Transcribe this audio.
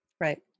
Right